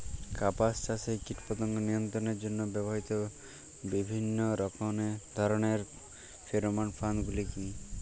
কাপাস চাষে কীটপতঙ্গ নিয়ন্ত্রণের জন্য ব্যবহৃত বিভিন্ন ধরণের ফেরোমোন ফাঁদ গুলি কী?